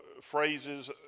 phrases